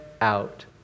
out